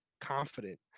confident